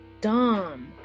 dumb